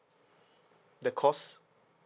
the cost